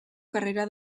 carrera